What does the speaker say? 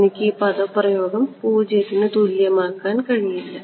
എനിക്ക് ഈ പദപ്രയോഗം 0 ന് തുല്യമാക്കാൻ കഴിയില്ല